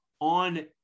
on